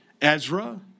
Ezra